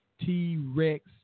T-Rex